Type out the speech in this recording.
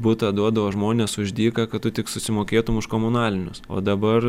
butą duodavo žmonės už dyką kad tu tik susimokėtum už komunalinius o dabar